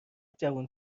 جوون